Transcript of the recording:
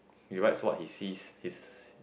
he writes what he sees his